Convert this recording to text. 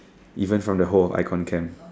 even from the whole of icon camp